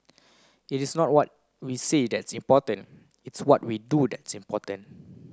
it is not what we say that's important it's what we do that's important